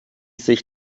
sich